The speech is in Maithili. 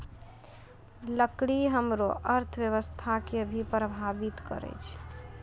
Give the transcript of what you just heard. लकड़ी हमरो अर्थव्यवस्था कें भी प्रभावित करै छै